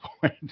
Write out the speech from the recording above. point